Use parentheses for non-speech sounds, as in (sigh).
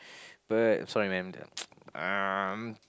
but I'm sorry man (noise) um